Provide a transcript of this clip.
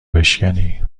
بشکنی